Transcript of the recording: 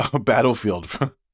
battlefield